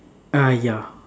uh ya